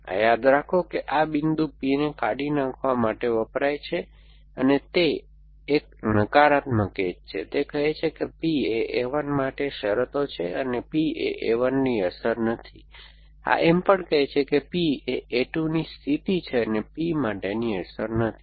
આ યાદ રાખો કે આ બિંદુ P ને કાઢી નાખવા માટે વપરાય છે તે એક નકારાત્મક એજ છે તે કહે છે કે P એ a 1 માટે શરત છે અને P એ a 1 ની અસર નથી આ એમ પણ કહે છે કે P એ a 2 ની સ્થિતિ છે અને P માટેની અસર નથી